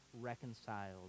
reconciled